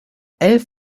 elf